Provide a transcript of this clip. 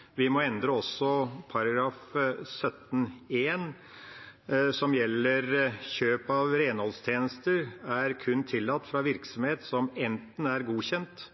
vi rydde mer, vi må også endre § 17 , som gjelder dette: «Kjøp av renholdstjeneste er kun tillatt fra virksomhet som enten er godkjent,